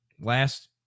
Last